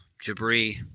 Jabri